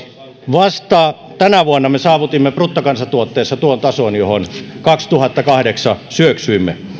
vasta tänä vuonna me saavutimme bruttokansantuotteessa tuon tason johon kaksituhattakahdeksan syöksyimme